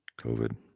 covid